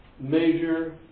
major